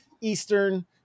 eastern